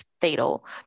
fatal